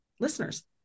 listeners